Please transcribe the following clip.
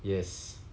yes